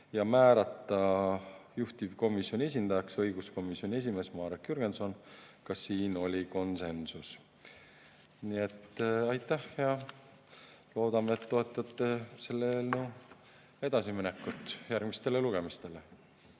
ja määrata juhtivkomisjoni esindajaks õiguskomisjoni esimees Marek Jürgenson, ka siin oli konsensus. Nii et aitäh! Loodame, et toetate selle eelnõu edasiminekut järgmistele lugemistele.